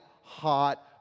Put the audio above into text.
hot